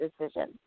decision